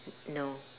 no